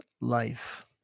life